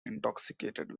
intoxicated